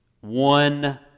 One